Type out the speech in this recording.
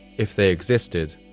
if they existed,